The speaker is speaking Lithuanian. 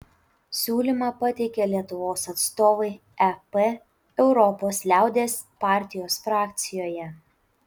siūlymą pateikė lietuvos atstovai ep europos liaudies partijos frakcijoje